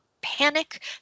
panic